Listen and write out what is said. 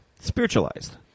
spiritualized